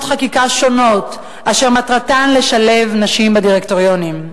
חקיקה שונות אשר מטרתן לשלב נשים בדירקטוריונים,